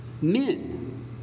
Men